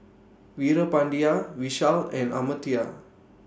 Veerapandiya Vishal and Amartya